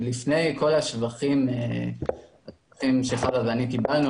כל השבחים שחוה ואני קיבלתי,